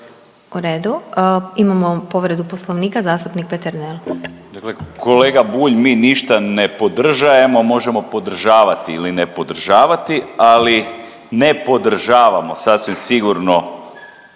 U redu. Imamo povredu Poslovnika, zastupnik Peternel. **Peternel, Igor (DP)** Dakle, kolega Bulj mi ništa ne podržajemo, možemo podržavati ili ne podržavati ali ne podržavamo sasvim sigurno